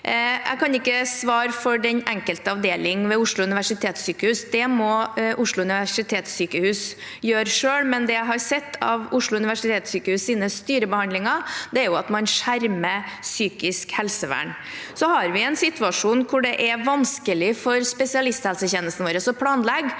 Jeg kan ikke svare for den enkelte avdeling ved Oslo universitetssykehus, det må Oslo universitetssykehus gjøre selv. Men det jeg har sett av Oslo universitetssykehus’ styrebehandlinger, er at man skjermer psykisk helsevern. Så har vi en situasjon hvor det er vanskelig for spesialisthelsetjenesten vår å planlegge